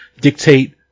dictate